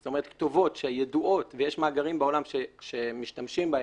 זאת אומרת כתובות שידועות ויש מאגרים בעולם שמשתמשים בהן,